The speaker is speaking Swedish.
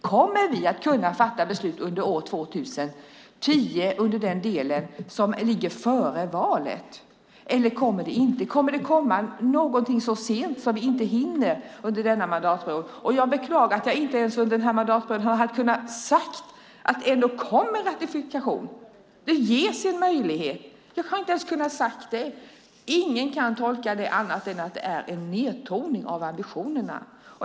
Kommer vi att kunna fatta beslut under år 2010, under den del som ligger före valet? Eller kommer vi inte att kunna det? Kommer det att komma någonting så sent att vi inte hinner under denna mandatperiod? Jag beklagar att jag inte under den här mandatperioden ens har kunnat säga att det ändå kommer en ratifikation, att det ges en möjlighet. Jag har inte ens kunnat säga det. Ingen kan tolka det på annat sätt än att det är en nedtoning av ambitionerna.